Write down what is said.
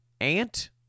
Ant